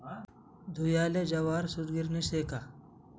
धुयाले जवाहर सूतगिरणी शे का